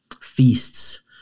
feasts